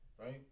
Right